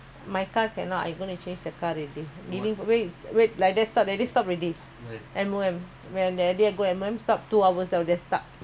never stuck never cannot start because of the battery running the car radio still ya the now only change the